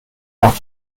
nach